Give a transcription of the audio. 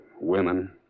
Women